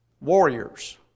warriors